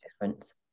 difference